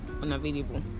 unavailable